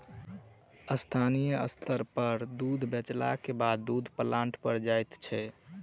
स्थानीय स्तर पर दूध बेचलाक बादे दूधक प्लांट पर जाइत छै